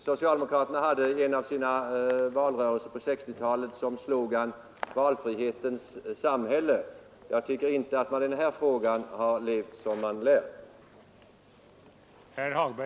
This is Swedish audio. Socialdemokraterna hade i en av sina valrörelser på 1960-talet som slogan Valfrihetens samhälle. Jag tycker inte att man i den här frågan har levt som man lär.